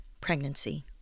pregnancy